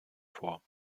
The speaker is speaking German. vor